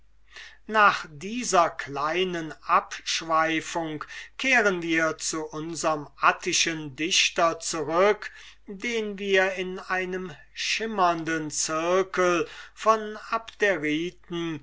nach dieser kleinen abschweifung kehren wir zu unserm attischen dichter zurück den wir unter einem schimmernden zirkel von